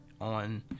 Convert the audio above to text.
on